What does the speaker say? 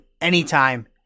anytime